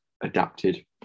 adapted